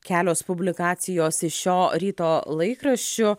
kelios publikacijos iš šio ryto laikraščių